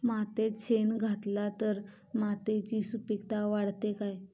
मातयेत शेण घातला तर मातयेची सुपीकता वाढते काय?